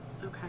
Okay